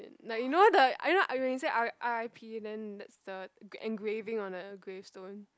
like you know the I know when you say R r_i_p then that's the gr~ engraving on a grave stone